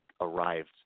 arrived